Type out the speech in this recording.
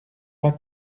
pas